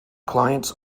clients